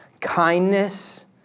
kindness